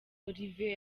olivier